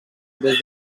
des